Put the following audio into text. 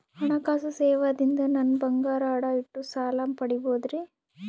ಹಣಕಾಸು ಸೇವಾ ದಿಂದ ನನ್ ಬಂಗಾರ ಅಡಾ ಇಟ್ಟು ಎಷ್ಟ ಸಾಲ ಪಡಿಬೋದರಿ?